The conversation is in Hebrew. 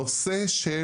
הנושא של